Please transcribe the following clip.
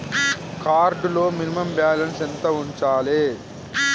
Card లో minimum balance ఎంత ఉంచాలే?